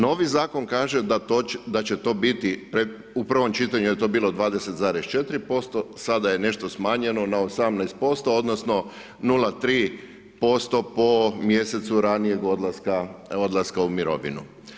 Novi Zakon kaže da će to biti, u prvom čitanju je to bilo 20,4%, sada je nešto smanjeno na 18% odnosno 0,3% po mjesecu ranijeg odlaska u mirovinu.